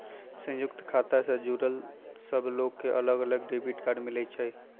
संयुक्त खाता से जुड़ल सब लोग के अलग अलग डेबिट कार्ड मिलई छई